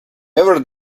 ever